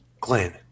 Glenn